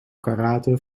karate